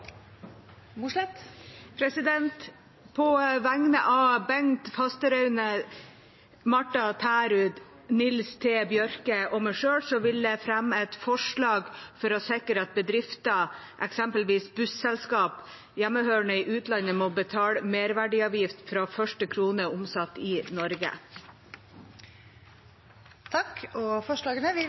På vegne av Bengt Fasteraune, Martha Tærud, Nils T. Bjørke og meg selv vil jeg fremme et forslag om å sikre at bedrifter, eksempelvis busselskap, hjemmehørende i utlandet må betale merverdiavgift fra første krone omsatt i Norge.